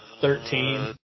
Thirteen